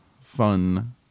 fun